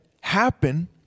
happen